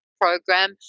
program